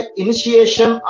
initiation